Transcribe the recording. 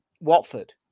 Watford